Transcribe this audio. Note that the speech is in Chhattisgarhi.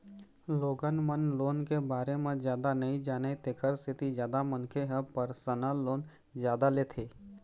लोगन मन लोन के बारे म जादा नइ जानय तेखर सेती जादा मनखे ह परसनल लोन जादा लेथे